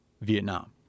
Vietnam